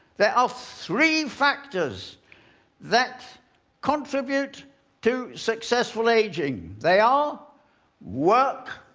there are three factors that contribute to successful aging. they are work,